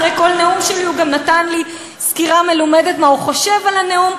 אחרי כל נאום שלי הוא גם נתן לי סקירה מלומדת מה הוא חושב על הנאום.